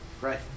Right